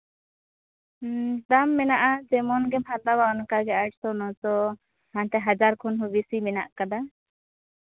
ᱦᱮᱸ ᱫᱟᱢ ᱢᱮᱱᱟᱜᱼᱟ ᱡᱮᱢᱚᱱ ᱜᱮᱢ ᱦᱟᱛᱟᱣᱟ ᱚᱱᱠᱟ ᱟᱴᱥᱚ ᱱᱚᱥᱚ ᱦᱟᱱᱛᱮ ᱦᱟᱡᱟᱨ ᱠᱷᱚᱱ ᱦᱚᱸ ᱵᱮᱥᱤ ᱢᱮᱱᱟᱜ ᱠᱟᱫᱟ